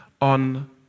on